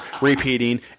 repeating